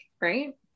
right